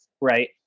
right